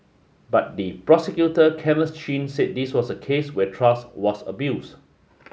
but the prosecutor Kenneth Chin said this was a case where trust was abused